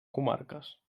comarques